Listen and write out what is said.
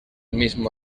mismo